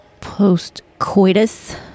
Post-coitus